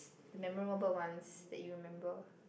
memorable ones that you remember